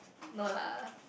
no lah